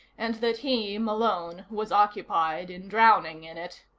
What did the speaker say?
and that he, malone, was occupied in drowning in it.